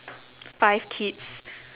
five kids